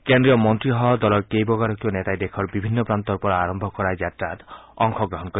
কেন্দ্ৰীয় মন্ত্ৰীসহ দলৰ কেইবাগৰাকীও নেতাই দেশৰ বিভিন্ন প্ৰান্তৰ পৰা আৰম্ভ কৰা এই যাত্ৰাত অংশগ্ৰহণ কৰিব